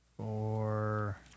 Four